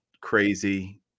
crazy